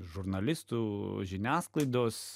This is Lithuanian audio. žurnalistų žiniasklaidos